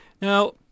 Now